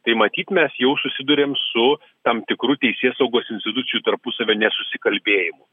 tai matyt mes jau susiduriam su tam tikru teisėsaugos institucijų tarpusavio nesusikalbėjimu